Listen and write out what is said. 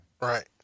Right